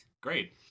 Great